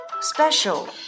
special